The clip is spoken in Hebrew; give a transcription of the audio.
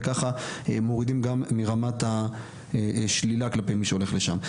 וככה מורידים גם מרמת השלילה כלפי מי שהולך לשם.